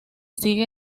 sigue